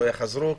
לא יחזרו.